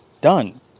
done